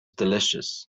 delicious